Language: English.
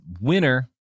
winner